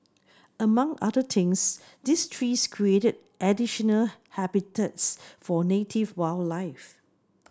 among other things these trees create additional habitats for native wildlife